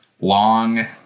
long